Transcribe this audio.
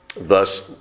thus